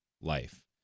life